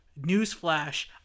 newsflash